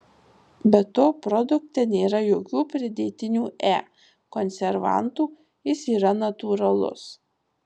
be to produkte nėra jokių pridėtinių e konservantų jis yra natūralus